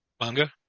manga